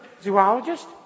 zoologist